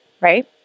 Right